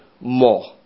more